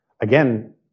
again